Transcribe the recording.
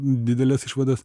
dideles išvadas